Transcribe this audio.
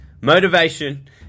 motivation